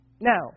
now